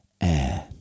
air